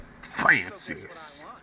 Francis